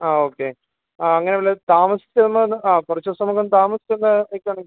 ആ ഓക്കെ ആ അങ്ങനെ വല്ല താമസിച്ച് ഒന്ന് ആ കുറച്ച് ദിവസം നമുക്കൊന്ന് താമസിച്ചൊന്ന് നിൽക്കുകയാണെങ്കിൽ